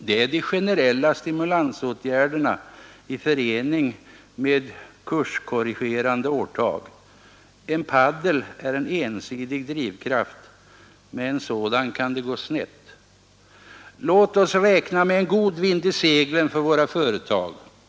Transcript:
Det är de generella stimulansåtgärderna i förening med kurskorrigerande årtag. En paddel är en ensidig drivkraft. Med en sådan kan det gå snett. Låt oss räkna med en god vind i seglen för våra företag.